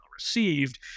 received